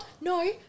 no